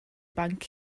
banc